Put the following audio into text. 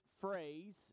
phrase